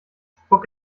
spuck